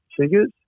figures